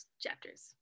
chapters